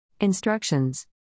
Instructions